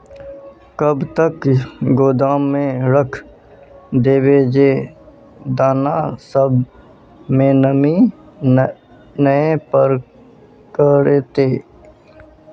कब तक गोदाम में रख देबे जे दाना सब में नमी नय पकड़ते?